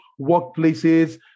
workplaces